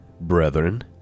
brethren